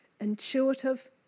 intuitive